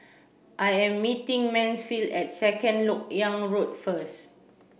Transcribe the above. I am meeting Mansfield at Second Lok Yang Road first